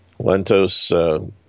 Lentos